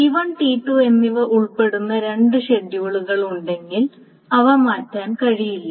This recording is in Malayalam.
T1 T2 എന്നിവ ഉൾപ്പെടുന്ന രണ്ട് ഷെഡ്യൂളുകൾ ഉണ്ടെങ്കിൽ അവ മാറ്റാൻ കഴിയില്ല